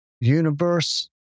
universe